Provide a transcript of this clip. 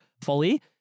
fully